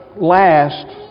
last